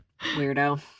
Weirdo